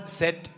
set